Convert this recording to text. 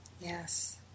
yes